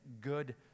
good